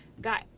got